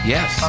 Yes